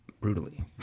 brutally